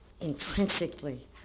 intrinsically